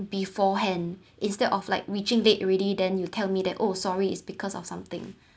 beforehand instead of like reaching late already then you tell me that oh sorry is because of something